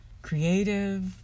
Creative